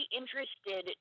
interested